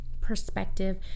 perspective